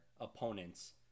opponents